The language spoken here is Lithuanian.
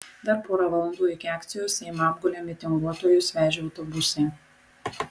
dar pora valandų iki akcijos seimą apgulė mitinguotojus vežę autobusai